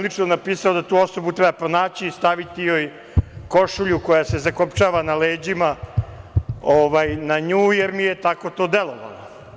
Lično sam napisao da tu osobu treba pronaći i staviti joj košulju koja se zakopčava na leđima, na nju, jer mi je tako to delovalo.